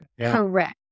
Correct